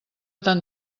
tant